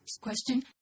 Question